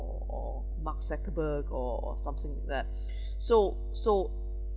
or or mark zuckerberg or or something like that so so